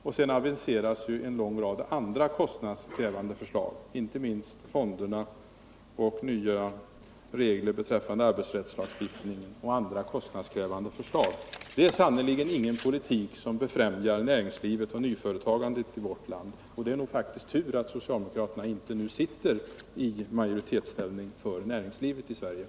Dessutom aviseras en lång rad andra kostnadskrävande förslag — inte minst fonderna och nya regler beträffande arbetsrättslagstiftning m.m. Det är sannerligen inte någon politik som befrämjar näringslivet och nyföretagandet i vårt land. Det är nog faktiskt tur för näringslivet i Sverige att inte socialdemokraterna är i majoritetsställning.